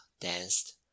danced